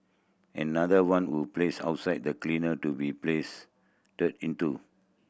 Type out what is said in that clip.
another one we've placed outside the cleaner to be place into